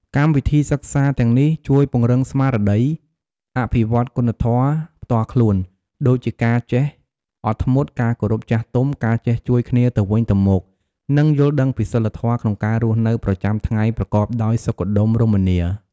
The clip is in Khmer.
កម្មវិធីសិក្សាទាំងនេះជួយ ពង្រឹងស្មារតី អភិវឌ្ឍគុណធម៌ផ្ទាល់ខ្លួន ដូចជាការចេះអត់ធ្មត់ ការគោរពចាស់ទុំ ការចេះជួយគ្នាទៅវិញទៅមក និងយល់ដឹងពីសីលធម៌ក្នុងការរស់នៅប្រចាំថ្ងៃប្រកបដោយសុខដុមរមនា។